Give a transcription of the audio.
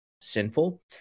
sinful